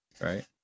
right